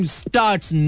starts